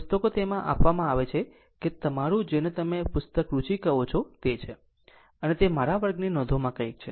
પુસ્તકો તેમાં આપવામાં આવે છે કે તમારું જેને તમે પુસ્તક સૂચિ કહો છો તે છે અને તે મારા વર્ગની નોંધોમાં કંઈક છે